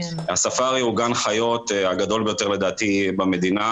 הספארי הוא גן החיות הגדול ביותר לדעתי במדינה,